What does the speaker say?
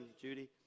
Judy